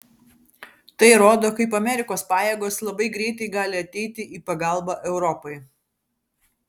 tai rodo kaip amerikos pajėgos labai greitai gali ateiti į pagalbą europai